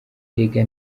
erega